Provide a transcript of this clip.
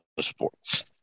sports